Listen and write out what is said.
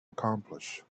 accomplish